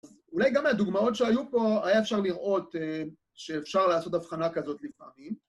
אולי גם מהדוגמאות שהיו פה היה אפשר לראות שאפשר לעשות אבחנה כזאת לפעמים